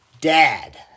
Dad